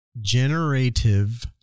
generative